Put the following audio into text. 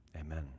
Amen